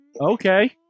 Okay